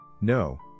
No